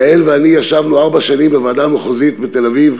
יעל ואני ישבנו ארבע שנים בוועדה המחוזית בתל-אביב,